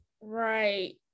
Right